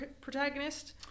protagonist